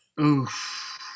Oof